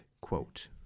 quote